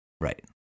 Right